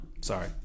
Sorry